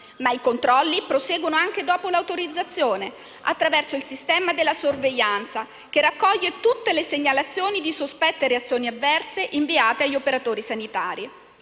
Ma i controlli proseguono anche dopo l'autorizzazione, attraverso il sistema della sorveglianza, che raccoglie tutte le segnalazioni di sospette reazioni avverse inviate agli operatori sanitari.